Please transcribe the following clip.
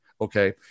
Okay